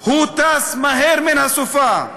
/ הוא טס מהר מן הסופה,